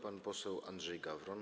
Pan poseł Andrzej Gawron.